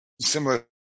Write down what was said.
similar